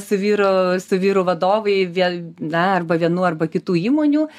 su vyru su vyru vadovai vėl na arba vienų arba kitų įmonių